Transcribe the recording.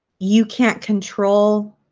you can't control